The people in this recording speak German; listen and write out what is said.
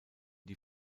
die